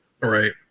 right